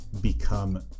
become